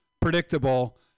predictable